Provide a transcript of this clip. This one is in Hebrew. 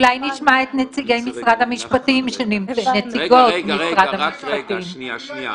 אולי נשמע את נציגי משרד המשפטים, נציגות משרד